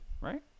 right